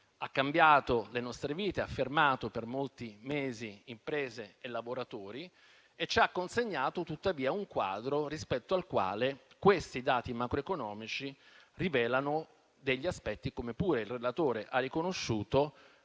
ha cambiato le nostre vite, ha fermato per molti mesi imprese e lavoratori, ci ha consegnato, tuttavia, un quadro rispetto al quale questi dati macroeconomici rivelano degli aspetti, come pure il relatore ha riconosciuto,